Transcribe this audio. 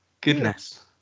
Goodness